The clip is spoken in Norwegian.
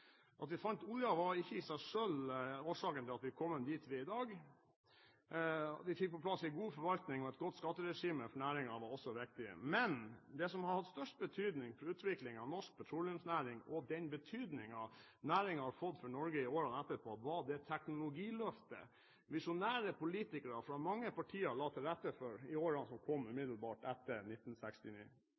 At vi fant olje var ikke i seg selv årsaken til at vi er kommet dit vi er i dag. At vi fikk på plass en god forvaltning og et godt skatteregime for næringen var også viktig. Men det som har hatt størst betydning for utviklingen for norsk petroleumsnæring og den betydningen næringen har fått for Norge i årene etterpå, var det teknologiløftet visjonære politikere fra mange partier la til rette for i årene umiddelbart etter 1969.